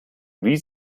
wie